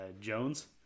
jones